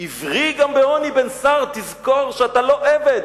"עברי גם בעוני בן שר" תזכור שאתה לא עבד,